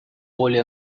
более